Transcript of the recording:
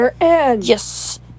Yes